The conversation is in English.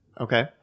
Okay